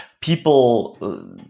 people